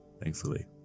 thankfully